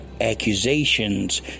accusations